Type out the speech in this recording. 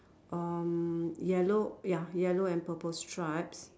um yellow ya yellow and purple stripes